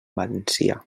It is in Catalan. valencià